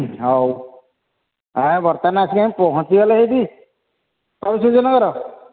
ହଉ ଆଉ ବର୍ତ୍ତମାନ ଆସିକି ଆମେ ପହଁଞ୍ଚିଗଲେ ହେଇଠି କବି ସୂର୍ଯ୍ୟ ନଗର